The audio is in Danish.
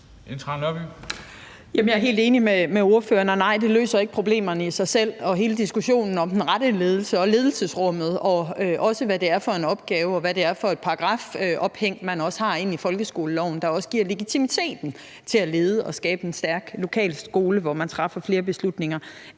Jeg helt enig med ordføreren, og nej, det løser ikke problemerne i sig selv. Og der er hele diskussionen om den rette ledelse, ledelsesrummet, hvad det er for en opgave, og hvad det er for en paragraf, man hænger det op på i folkeskoleloven, som også giver legitimiteten til at lede og skabe en stærk lokal skole, hvor man træffer flere beslutninger,